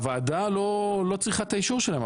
הוועדה לא צריכה את האישור שלהם,